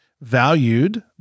valued